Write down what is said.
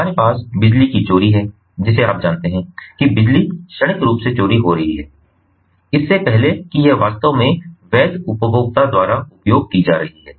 हमारे पास बिजली की चोरी है जिसे आप जानते हैं कि बिजली क्षणिक रूप से चोरी हो रही है इससे पहले कि यह वास्तव में वैध उपभोक्ता द्वारा उपयोग की जा रही है